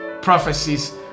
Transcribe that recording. prophecies